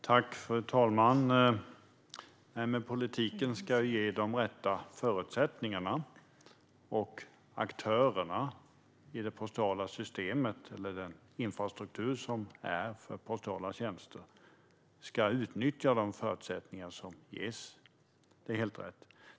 Fru talman! Nej, men politiken ska ge de rätta förutsättningarna. Att aktörerna i det postala systemet eller infrastrukturen för postala tjänster ska utnyttja de förutsättningar som ges är helt rätt.